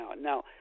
Now